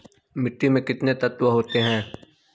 मिट्टी में कितने तत्व होते हैं?